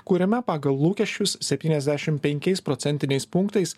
kuriame pagal lūkesčius septyniasdešim penkiais procentiniais punktais